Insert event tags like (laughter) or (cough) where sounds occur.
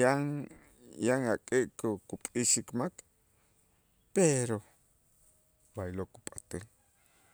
yan yan (unintelligible) kup'i'ixik mak, pero b'aylo' kupat'äl.